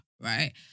right